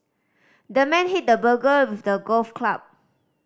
the man hit the burglar with a golf club